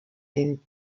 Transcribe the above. den